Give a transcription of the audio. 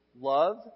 Love